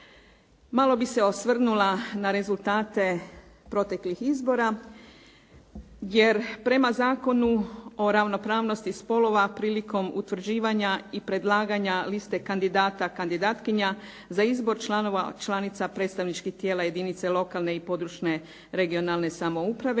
Malo bih se osvrnula na rezultate proteklih izbora jer prema Zakonu o ravnopravnosti spolova prilikom utvrđivanja i predlaganja liste kandidata, kandidatkinja za izbor članova, članica predstavničkih tijela jedinica lokalne i područne regionalne samouprave